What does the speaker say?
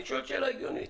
אני שואל שאלה הגיונית.